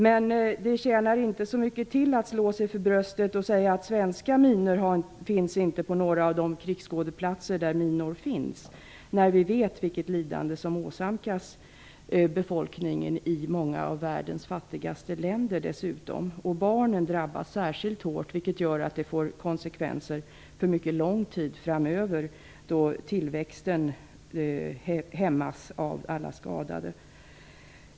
Men det tjänar inte så mycket till att slå sig för bröstet och säga att svenska minor inte förekommer på några av de krigsskådeplatser där minor finns, när vi vet vilket lidande som åsamkas befolkningen i många av världens fattigaste länder. Barnen drabbas särskilt hårt, vilket får konsekvenser för mycket lång tid framöver, då tillväxten hämmas av alla skadade.